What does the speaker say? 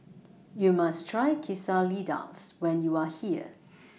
YOU must Try Quesadillas when YOU Are here